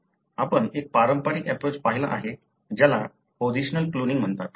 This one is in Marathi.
आपण एक पारंपारिक एप्रोच पाहिला आहे ज्याला पोझिशनल क्लोनिंग म्हणतात